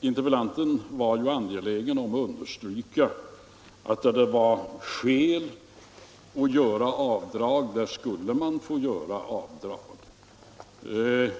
Interpellanten var angelägen om att understryka att man skulle få göra avdrag där det fanns skäl att göra det.